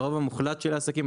לרוב המוחלט של העסקים,